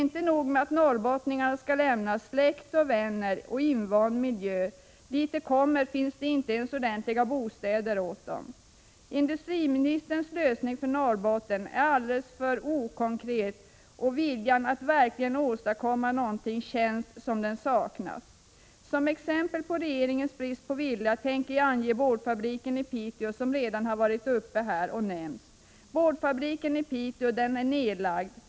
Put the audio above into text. Inte nog med att norrbottningarna skall lämna släkt, vänner och invand miljö — på den plats dit de kommer finns inte ens ordentliga bostäder åt dem! Industriministerns lösning för Norrbotten är alldeles för litet konkret, och det känns som om det saknades en vilja att verkligen åstadkomma någonting. Som exempel på regeringens brist på vilja tänker jag ange boardfabriken i Piteå, som redan har nämnts här. Boardfabriken i Piteå är nedlagd.